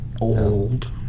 old